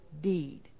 deed